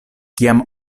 kiam